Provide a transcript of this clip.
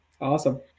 Awesome